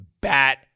bat